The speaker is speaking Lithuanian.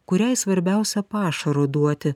kuriai svarbiausia pašaro duoti